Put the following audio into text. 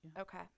Okay